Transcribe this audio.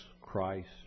Christ